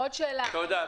תודה.